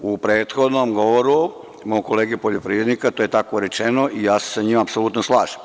U prethodnom govoru mog kolege poljoprivrednika to je tako rečeno i ja se sa njim apsolutno slažem.